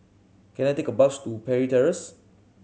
can I take a bus to Parry Terrace